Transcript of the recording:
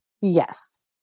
Yes